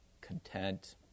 content